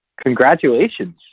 congratulations